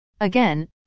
Again